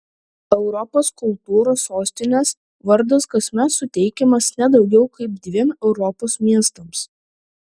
europos kultūros sostinės vardas kasmet suteikiamas ne daugiau kaip dviem europos miestams